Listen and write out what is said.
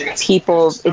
people